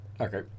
Okay